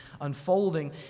unfolding